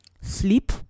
sleep